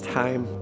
time